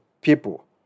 people